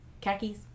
Khakis